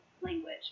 language